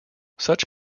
such